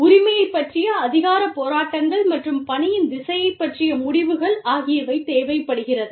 உரிமையைப் பற்றிய அதிகாரப் போராட்டங்கள் மற்றும் பணியின் திசையைப் பற்றிய முடிவுகள் ஆகியவை தேவைப்படுகிறது